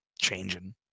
changing